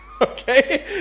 Okay